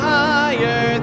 higher